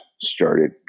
started